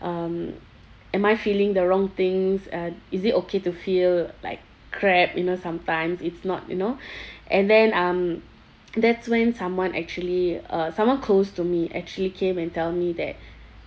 um am I feeling the wrong things uh is it okay to feel like crap you know sometimes it's not you know and then um that's when someone actually uh someone close to me actually came and tell me that